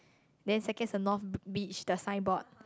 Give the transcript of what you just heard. then second is the north b~ beach the signboard